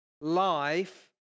life